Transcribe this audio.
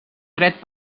dret